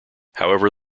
however